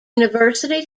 university